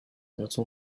nocą